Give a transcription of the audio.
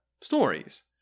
stories